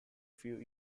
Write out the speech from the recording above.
few